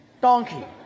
Donkey